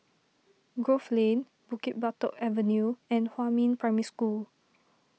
Grove Lane Bukit Batok Avenue and Huamin Primary School